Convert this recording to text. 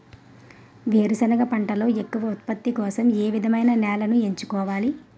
వేరుసెనగ పంటలో ఎక్కువ ఉత్పత్తి కోసం ఏ విధమైన నేలను ఎంచుకోవాలి?